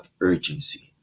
urgency